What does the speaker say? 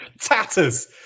Tatters